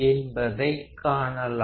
என்பதை காணலாம்